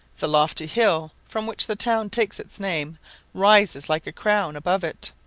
the lofty hill from which the town takes its name rises like a crown above it,